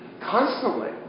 Constantly